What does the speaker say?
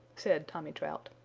said tommy trout.